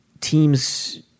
Teams